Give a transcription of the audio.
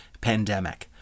pandemic